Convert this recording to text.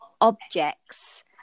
objects